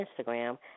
Instagram